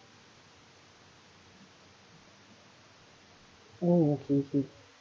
oh okay K